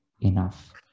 enough